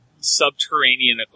subterranean